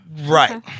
Right